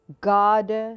God